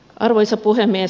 arvoisa puhemies